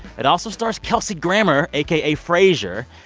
it also stars kelsey grammer, aka frasier.